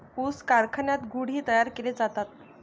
ऊस कारखान्यात गुळ ही तयार केले जातात